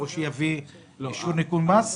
או שיביא אישור ניכוי מס,